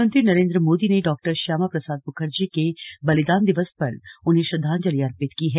प्रधानमंत्री नरेंद्र मोदी ने डॉ श्यामा प्रसाद मुखर्जी के बलिदान दिवस पर उन्हें श्रद्वांजलि अर्पित की है